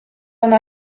ona